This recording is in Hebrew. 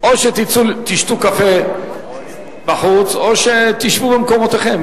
או שתשתו קפה בחוץ או שתשבו במקומותיכם.